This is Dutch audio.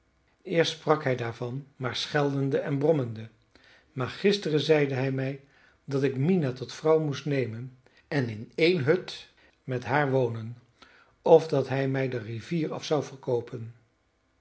eerst sprak hij daarvan maar scheldende en brommende maar gisteren zeide hij mij dat ik mina tot vrouw moest nemen en in eene hut met haar wonen of dat hij mij de rivier af zou verkoopen